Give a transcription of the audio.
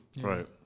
Right